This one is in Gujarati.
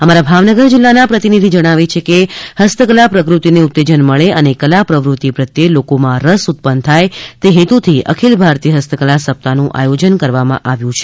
અમારા ભાવનગર જિલ્લાના પ્રતિનિધિ જણાવે છે કે હસ્તકલા પ્રકૃતિને ઉત્તેજન મળે અને કલા પ્રવૃતિ પ્રત્યે લોકોમાં રસ ઉત્પન્ન થાય તે હેતુથી અખિલ ભારતીય હસ્તકલા સપ્તાહનું આયોજન કરવામાં આવ્યું છે